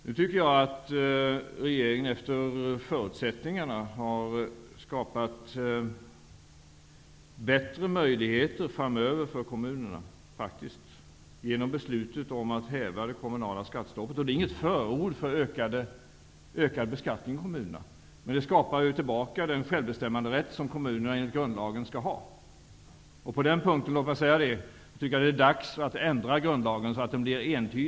Jag tycker att regeringen efter förutsättningarna har skapat bättre möjligheter för kommunerna framöver, genom beslutet om att häva det kommunala skattestoppet, vilket inte är något förord för ökad beskattning i kommunerna. Men det återskapar den självbestämmanderätt som kommunerna enligt grundlagen skall ha. Låt mig säga att det på den punkten är dags att ändra grundlagen så att den blir entydig.